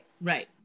Right